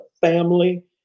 family